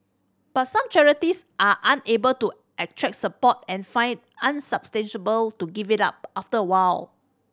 but some charities are unable to attract support and find unsustainable to give it up after a while